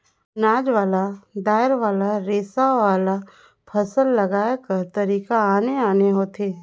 अनाज वाला, दायर वाला, रेसा वाला, फसल लगाए कर तरीका आने आने होथे